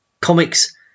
comics